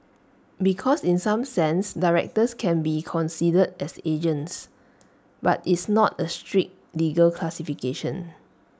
because in some sense directors can be considered as agents but it's not A strict legal classification